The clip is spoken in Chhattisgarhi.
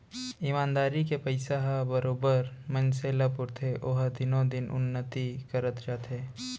ईमानदारी के पइसा ह बरोबर मनसे ल पुरथे ओहा दिनो दिन उन्नति करत जाथे